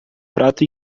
prato